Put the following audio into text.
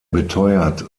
beteuert